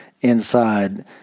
inside